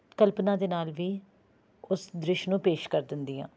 ਕਲਪਨਾ ਦੇ ਨਾਲ ਵੀ ਉਸ ਦ੍ਰਿਸ਼ ਨੂੰ ਪੇਸ਼ ਕਰ ਦਿੰਦੀ ਹਾਂ